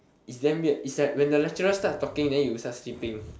it is damn weird like when the lecturer start talking then you start sleeping